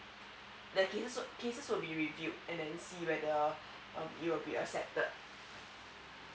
the cases will be reviewed and then see whether it will be accepted